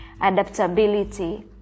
adaptability